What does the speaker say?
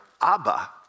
Abba